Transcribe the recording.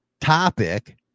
topic